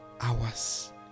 hours